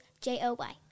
J-O-Y